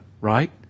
right